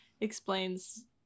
explains